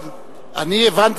אני הבנתי